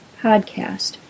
podcast